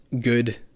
good